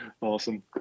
awesome